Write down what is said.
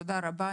תודה רבה,